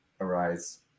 arise